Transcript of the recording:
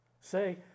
Say